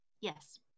Yes